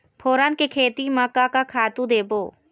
फोरन के खेती म का का खातू देबो?